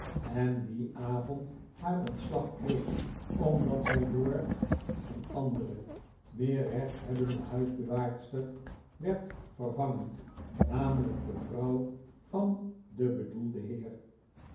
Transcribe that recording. en dien avond haar ontslag kreeg omdat zij door een andere meer rechthebbende huisbewaarster werd vervangen namelijk de vrouw van den bedoelden heer